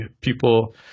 people